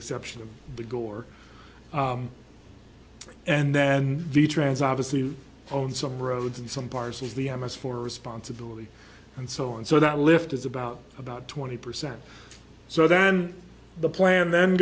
exception of the gore and then the trans obviously on some roads and some parts of the amas for responsibility and so on so that lift is about about twenty percent so then the plan then